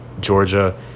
georgia